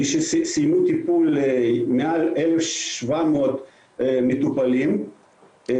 מעל 1,700 מטופלים סיימו טיפול,